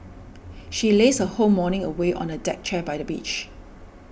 she lazed her whole morning away on a deck chair by the beach